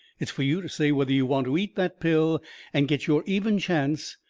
it's for you to say whether you want to eat that pill and get your even chance,